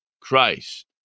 Christ